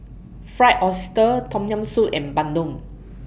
Fried Oyster Tom Yam Soup and Bandung